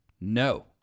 No